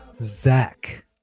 Zach